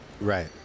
Right